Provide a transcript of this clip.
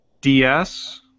DS